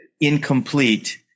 incomplete